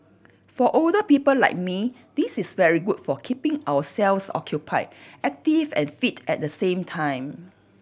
for older people like me this is very good for keeping ourselves occupied active and fit at the same time